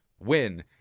win